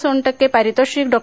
सोनटक्के पारितोषिक डॉ